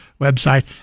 website